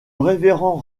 révérend